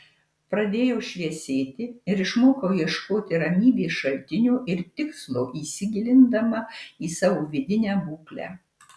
pradėjau šviesėti ir išmokau ieškoti ramybės šaltinio ir tikslo įsigilindama į savo vidinę būklę